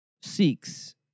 seeks